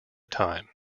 time